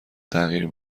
تغییر